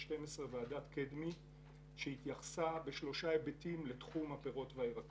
ועדת קדמי שהתייחסה בשלושה היבטים לתחום הפירות והירקות.